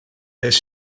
beth